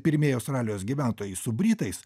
pirmieji australijos gyventojai su britais